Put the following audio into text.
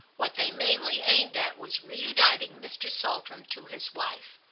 what they mainly aimed at was reuniting mr. saltram to his wife.